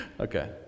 Okay